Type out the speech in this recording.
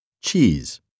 Cheese